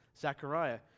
Zechariah